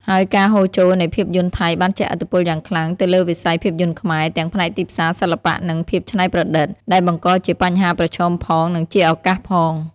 ហើយការហូរចូលនៃភាពយន្តថៃបានជះឥទ្ធិពលយ៉ាងខ្លាំងទៅលើវិស័យភាពយន្តខ្មែរ ទាំងផ្នែកទីផ្សារ សិល្បៈ និងភាពច្នៃប្រឌិត ដែលបង្កជាបញ្ហាប្រឈមផង និងជាឱកាសផង។